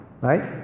right